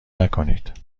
نکنید